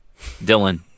Dylan